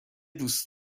دوست